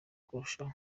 kurushaho